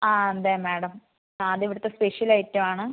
അ അ മാഡംഅത് ഇവിടുത്തെ സ്പെഷ്യൽ ഐറ്റാണ്